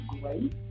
great